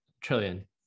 trillion